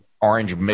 orange